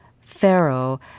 pharaoh